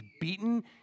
beaten